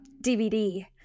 DVD